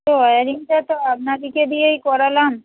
ওয়্যারিংটা তো আপনাদেরকে দিয়েই করালাম